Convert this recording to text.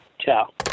Ciao